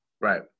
Right